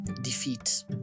defeat